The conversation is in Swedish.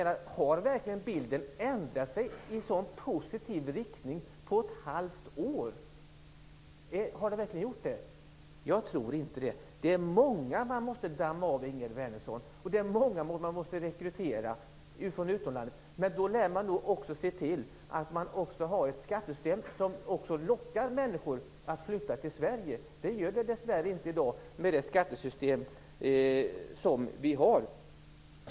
Har bilden verkligen ändrat sig i så positiv riktning på ett halvt år? Jag tror inte det. Det är många pensionerade lärare man måste damma av, och det är många man måste rekrytera från omvärlden. Men då lär man se till att det finns ett skattesystem som lockar människor att flytta till Sverige. Det skattesystem vi har i dag gör det dessvärre inte.